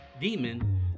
Demon